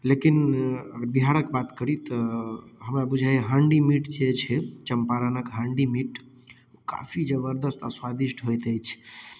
लेकिन बिहारक बात करी तऽ हमरा बुझाइत यऽ हांडी मीट जे छै चंपारणक हांडी मीट काफी जबरदस्त आ स्वादिष्ट होयत अछि